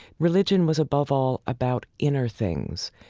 religion was, above all, about inner things.